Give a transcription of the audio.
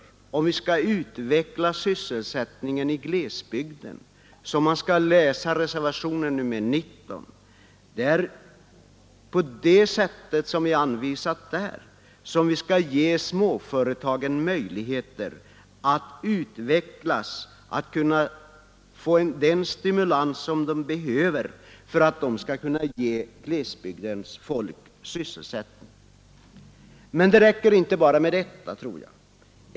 Om man verkligen vill utveckla sysselsättningen i glesbygderna, så skall man följa reservationen. Där har vi visat på vilket sätt man kan ge småföretagen möjligheter att utvecklas och hur man kan ge dem den stimulans de behöver för att kunna ge glesbygdens folk sysselsättning. Men det räcker inte med det.